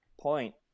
point